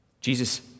Jesus